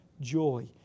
joy